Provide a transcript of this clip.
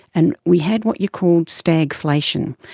and we had what you called stagflation.